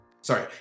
Sorry